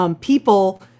people